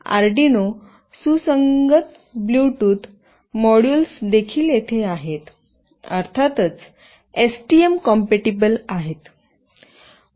Arduino सुसंगत Bluetooth modules देखील तेथे आहेत अर्थातच एसटीएम कॉम्पॅटिबल आहेत